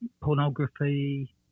pornography